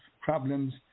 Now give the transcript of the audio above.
problems